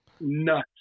nuts